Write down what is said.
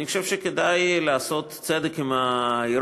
אני חושב שכדאי לעשות צדק עם האירופים.